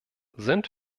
sind